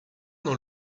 dans